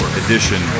edition